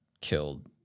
killed